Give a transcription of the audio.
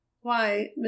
Why